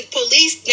police